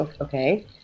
Okay